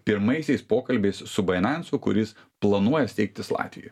pirmaisiais pokalbiais su bainansu kuris planuoja steigtis latvijo